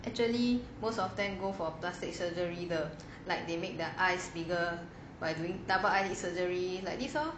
actually most of them go for plastic surgery the like they make their eyes bigger by doing double eyelid surgery like this [one]